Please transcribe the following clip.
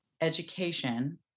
education